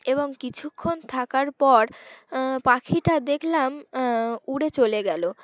এবং কিছুক্ষণ থাকার পর পাখিটা দেখলাম উড়ে চলে গেল